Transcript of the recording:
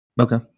Okay